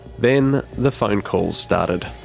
then the phone calls started.